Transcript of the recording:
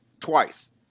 twice